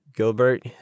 Gilbert